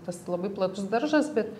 tas labai platus daržas bet